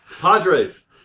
Padres